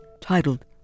titled